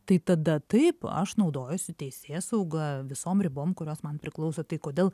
tai tada taip aš naudojuosi teisėsauga visom ribom kurios man priklauso tai kodėl